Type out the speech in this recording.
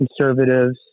conservatives